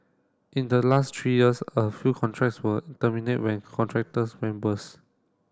in the last three years a few contracts were terminate when contractors went burst